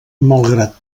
malgrat